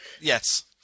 Yes